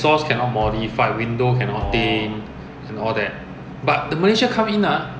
you still need to go to their inspection centre every every every two years or every three years